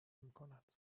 میکند